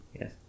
Yes